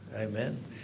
Amen